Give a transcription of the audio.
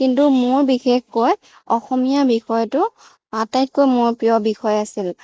কিন্তু মোৰ বিশেষকৈ অসমীয়া বিষয়টো আটাইতকৈ মোৰ প্ৰিয় বিষয় আছিল